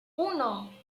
uno